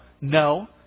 no